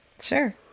sure